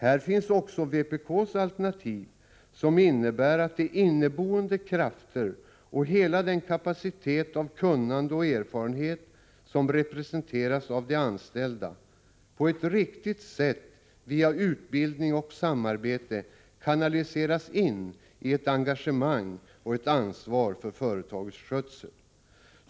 Här finns också vpk:s alternativ, som innebär att de inneboende krafter och hela den kapacitet av kunnande och erfarenhet som representeras av de anställda, på ett riktigt sätt via utbildning och samarbete kanaliseras in i ett engagemang och ett ansvar för företagets skötsel.